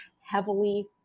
heavily